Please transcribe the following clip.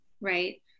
right